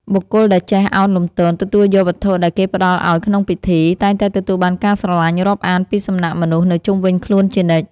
បុគ្គលដែលចេះឱនលំទោនទទួលយកវត្ថុដែលគេផ្តល់ឱ្យក្នុងពិធី តែងតែទទួលបានការស្រឡាញ់រាប់អានពីសំណាក់មនុស្សនៅជុំវិញខ្លួនជានិច្ច។